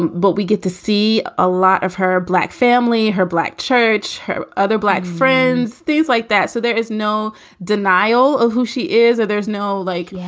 but we get to see a lot of her black family, her black church, her other black friends, things like that so there is no denial of who she is or there's no like. yeah